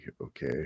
okay